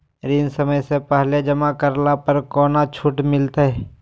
ऋण समय से पहले जमा करला पर कौनो छुट मिलतैय?